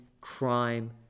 crime